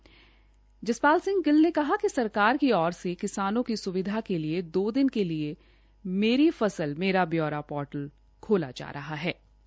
M D M Jaspal Singh Gill ने कहा कि सरकार की ओर से किसानों की सुविधा के लिए दो दिन के लिए मेरी फसल मेरा ब्यौरा पोर्टल खोला जा रहा हे